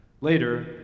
Later